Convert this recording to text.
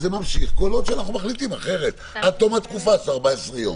זה ממשיך כל עוד אנחנו מחליטים אחרת עד תום התקופה של 14 יום.